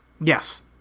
Yes